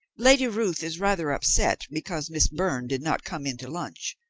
lady ruth is rather upset because miss byrne did not come in to lunch.